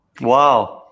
Wow